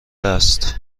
است